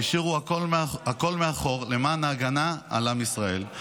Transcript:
השאירו הכול מאחור למען ההגנה על עם ישראל.